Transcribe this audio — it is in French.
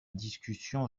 discussion